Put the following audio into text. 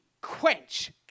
quench